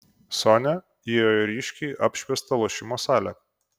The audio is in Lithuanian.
sonia įėjo į ryškiai apšviestą lošimo salę